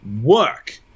work